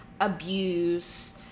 abuse